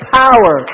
power